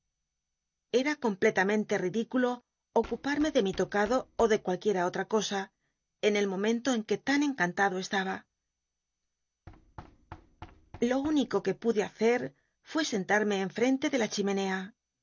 l complctamenlc ridículo ocllllarme de mi tocado ó de cualt uiera olra cosa en el momen to en que lan encantado estaba lo único c ue pude hacer fué sentarme enfrente de la chimenea